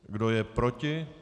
Kdo je proti?